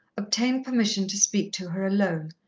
obtained permission to speak to her alone,